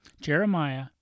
Jeremiah